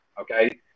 Okay